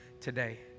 today